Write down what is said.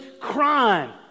crime